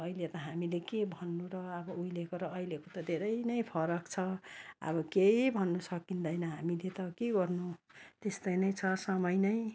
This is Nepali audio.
अब अहिले त हामीले के भन्नु र अब उहिलेको र अहिलेको त धेरै नै फरक छ अब केही भन्न सकिँदैन हामीले त के गर्नु त्यस्तै नै छ समय नै